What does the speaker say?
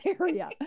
area